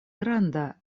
granda